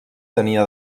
tenia